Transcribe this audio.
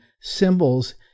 symbols